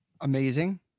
amazing